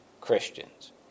Christians